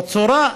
בצורה,